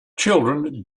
children